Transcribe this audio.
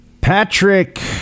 Patrick